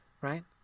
right